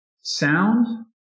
sound